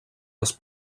les